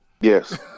Yes